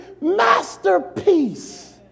masterpiece